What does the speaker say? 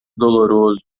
doloroso